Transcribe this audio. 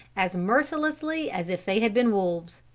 as mercilessly as if they had been wolves.